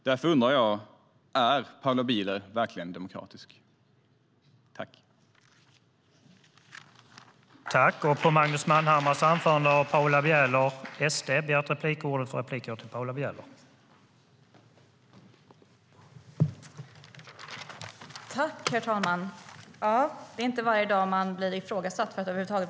Därför undrar jag: Är Paula Bieler verkligen demokratisk?